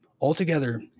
altogether